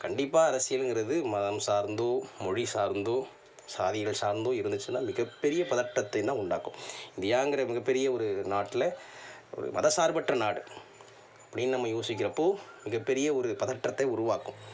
கண்டிப்பாக அரசியலுங்கிறது மதம் சார்ந்தோ மொழி சார்ந்தோ சாதிகளை சார்ந்தோ இருந்துச்சுனா மிகப்பெரிய பதற்றத்தையும் தான் உண்டாக்கும் இந்தியாங்கிற மிகப்பெரிய ஒரு நாட்டில் ஒரு மதசார்பற்ற நாடு அப்படின் நம்ம யோசிக்கிறப்போ மிகப்பெரிய ஒரு பதற்றத்தை உருவாக்கும்